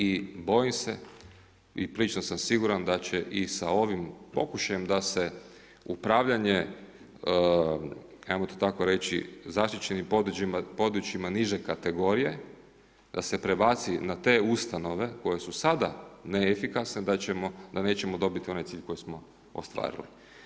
I bojim se i prilično sam siguran da će i sa ovim pokušajem da se upravljanje, ajmo to tako reći zaštićenim područjima niže kategorije, da se prebaci na te ustanove koje su sada neefikasne da nećemo dobiti onaj cilj koji smo ostvarili.